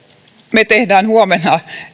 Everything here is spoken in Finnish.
me teemme huomenna